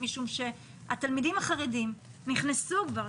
משום שהתלמידים החרדים נכנסו כבר.